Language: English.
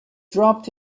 dropped